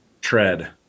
tread